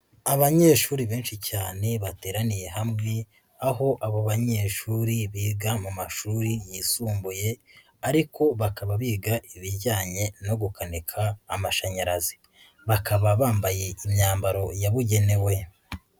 Abanyeshuri benshi cyane bateraniye hamwe aho abo banyeshuri biga mu mashuri yisumbuye ariko bakaba biga ibijyanye no gukanika amashanyarazi, bakaba bambaye imyambaro yabugenewe.